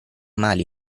male